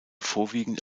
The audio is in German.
vorwiegend